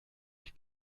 ich